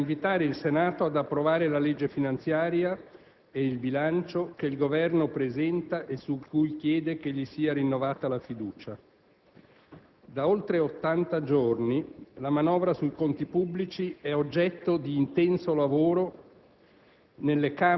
Signor Presidente, onorevoli senatori, prendo la parola in quest'Aula per invitare il Senato ad approvare la legge finanziaria e il bilancio che il Governo presenta e su cui chiede che gli sia rinnovata la fiducia.